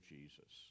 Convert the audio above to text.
Jesus